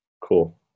Cool